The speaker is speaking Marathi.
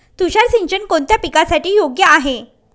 तुषार सिंचन कोणत्या पिकासाठी योग्य आहे?